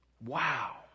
Wow